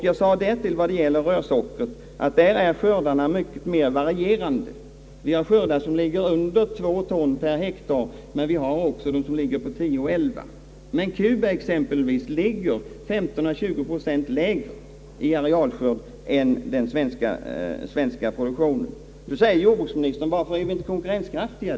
Jag sade därtill att skördarna av rörsocker är mer varierande, från mindre än 2 ton per hektar upp till 10—11 ton, men på Kuba är arealskörden 15—20 procent lägre än den svenska. Nu frågar jordbruksministern varför vi då inte är konkurrenskraftiga.